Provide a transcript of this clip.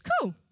cool